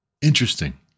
interesting